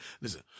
Listen